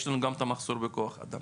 יש לנו גם את המחסור בכוח אדם.